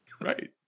right